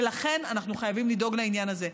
ולכן אנחנו חייבים לדאוג לעניין הזה.